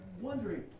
wondering